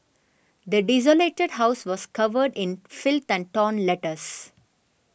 the desolated house was covered in filth and torn letters